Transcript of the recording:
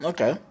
Okay